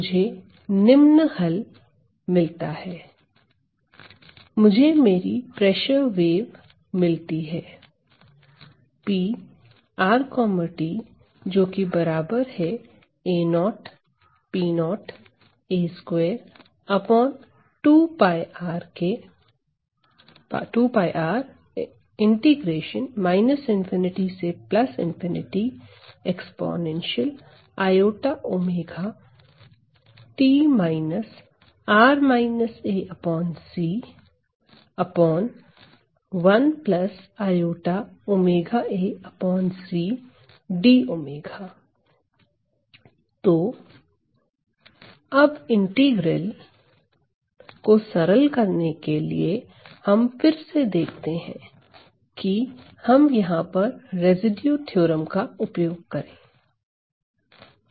मुझे निम्न हल मिलता है मुझे मेरी प्रेशर वेव मिलती है तो अब इंटीग्रल को सरल करने के लिए हम फिर से देखते हैं कि हम यहां पर रेसिड्यू थ्योरम का उपयोग करें